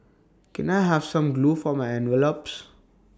can I have some glue for my envelopes